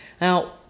Now